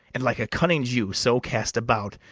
and like a cunning jew so cast about,